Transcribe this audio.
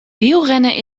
wielrennen